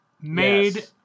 made